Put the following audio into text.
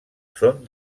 són